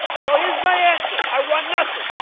so here's my answer. i want nothing.